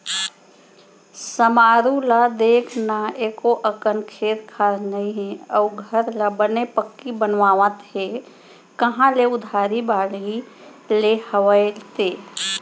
समारू ल देख न एको अकन खेत खार नइ हे अउ घर ल बने पक्की बनवावत हे कांहा ले उधारी बाड़ही ले हवय ते?